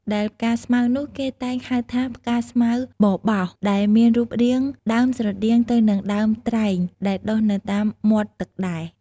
ដែលផ្កាស្មៅនោះគេតែងហៅថា ផ្កាស្មៅបបោស ដែលមានរូបរាងដើមស្រដៀងទៅនឹងដើមត្រែងដែលដុះនៅតាមមាត់ទឹកដែរ។